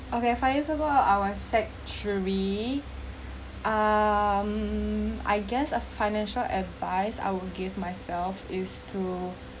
okay five years ago I was sec~ three um I guess a financial advice I will give myself is to